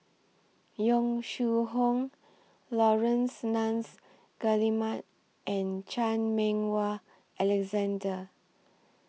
Yong Shu Hoong Laurence Nunns Guillemard and Chan Meng Wah Alexander